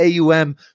AUM